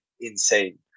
insane